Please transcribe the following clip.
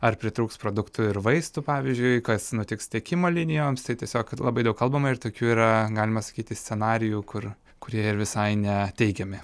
ar pritrūks produktų ir vaistų pavyzdžiui kas nutiks tiekimo linijoms tai tiesiog labai daug kalbama ir tokių yra galima sakyti scenarijų kur kurie ir visai ne teigiami